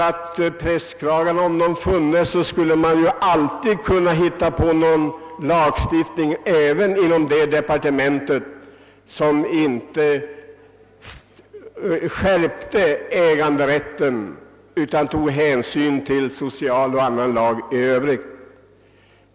Men även om där funnes prästkragar, så skulle man nog inte inom det departementet kunna lägga fram förslag om en lagstiftning, som tog hänsyn till sociala förhållanden i stället för att stärka den enskilda äganderätten.